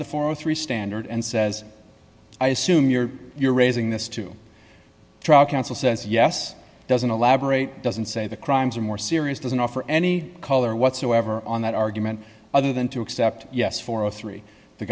the forty three standard and says i assume you're you're raising this to trial counsel says yes doesn't elaborate doesn't say the crimes are more serious doesn't offer any color whatsoever on that argument other than to accept yes for three the